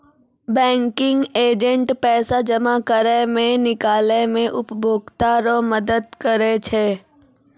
banking agent पैसा जमा करै मे, निकालै मे उपभोकता रो मदद करै छै